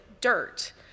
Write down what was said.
dirt